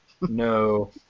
No